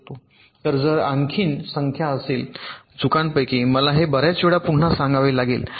तर जर तेथे आणखी संख्या असेल चुकांपैकी मला हे बर्याच वेळा पुन्हा सांगावे लागेल